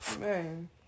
man